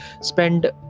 spend